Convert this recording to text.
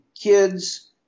kids